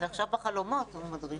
עכשיו בחלומות הוא מדריך.